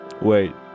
Wait